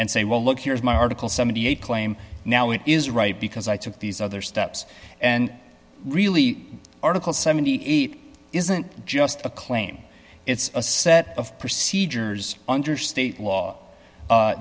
and say well look here is my article seventy eight claim now it is right because i took these other steps and really article seventy eight dollars isn't just a claim it's a set of procedures under state law